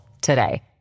today